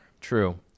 True